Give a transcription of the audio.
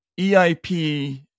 EIP